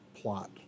plot